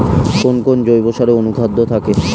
কোন কোন জৈব সারে অনুখাদ্য থাকে?